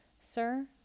Sir